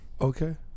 Okay